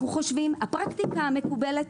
הפרקטיקה המקובלת,